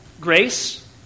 grace